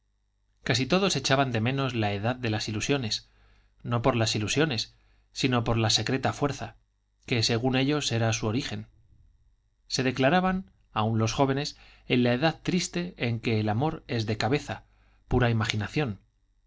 casi todos echaban de menos la edad de las ilusiones no por las ilusiones sino por la secreta fuerza que según ellos era su origen se declaraban aun los jóvenes en la edad triste en que el amor es de cabeza pura imaginación